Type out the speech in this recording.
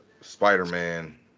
Spider-Man